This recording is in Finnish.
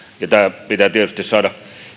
ja tämä pitää tietysti saada